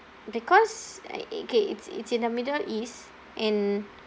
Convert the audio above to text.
because o~ okay it's in the middle east and